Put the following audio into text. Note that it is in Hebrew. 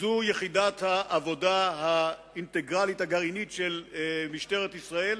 הן יחידת העבודה האינטגרלית הגרעינית של משטרת ישראל,